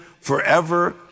forever